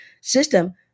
system